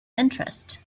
interest